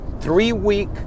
three-week